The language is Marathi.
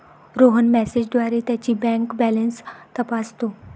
रोहन मेसेजद्वारे त्याची बँक बॅलन्स तपासतो